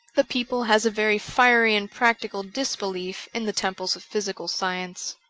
the people has a very fiery and practical disbelief in the temples of physical science.